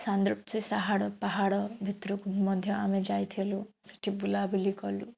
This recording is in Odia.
ସାନ୍ଦରୂପଶି ସାହଡ଼ ପାହାଡ଼ ଭିତରକୁ ମଧ୍ୟ ଆମେ ଯାଇଥିଲୁ ସେଠି ବୁଲାବୁଲି କଲୁ